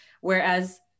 Whereas